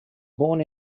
born